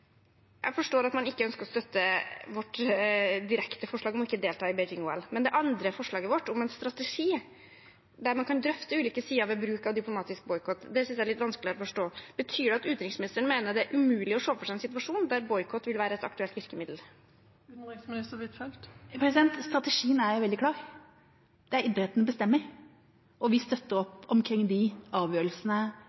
Jeg forstår at man ikke ønsker å støtte vårt direkte forslag om ikke å delta i Beijing-OL, men det andre forslaget vårt, om en strategi der man kan drøfte ulike sider ved bruk av diplomatisk boikott, synes jeg det er litt vanskeligere å forstå at man ikke støtter. Betyr det at utenriksministeren mener det er umulig å se for seg en situasjon der boikott vil være et aktuelt virkemiddel? Strategien er veldig klar: Idretten bestemmer, og vi støtter